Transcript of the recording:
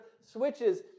switches